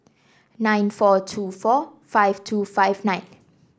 nine four two four five two five nine